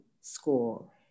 school